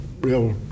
real